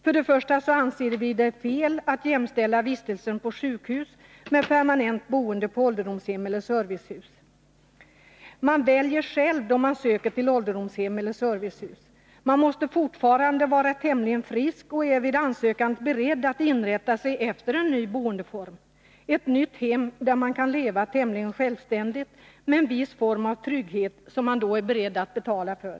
Först och främst anser vi det vara fel att jämställa vistelsen på sjukhus med permanent boende på ålderdomshem eller i servicehus. Man väljer själv då man söker till ålderdomshem eller servicehus. Man måste fortfarande vara tämligen frisk och är vid ansökningen beredd att inrätta sig efter en ny boendeform, ett nytt hem där man kan leva tämligen självständigt med en viss form av trygghet, som man då är beredd att betala för.